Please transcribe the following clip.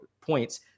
points